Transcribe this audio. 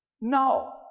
No